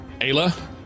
Ayla